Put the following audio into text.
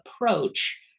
approach